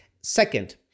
Second